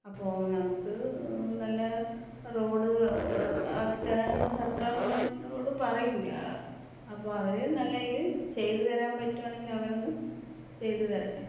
അപ്പോൾ നമുക്ക് നല്ല റോഡ് ആക്കിത്തരാൻ നമ്മള സർക്കാരിനോട് പറയുന്നത് അപ്പോൾ അവർ നല്ല രീതിയിൽ ചെയ്ത് തരാൻ പറ്റുവാണെങ്കിൽ അവരൊന്ന് ചെയ്ത് തരട്ടെ